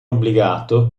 obbligato